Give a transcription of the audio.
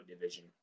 division